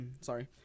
sorry